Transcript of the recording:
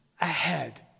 ahead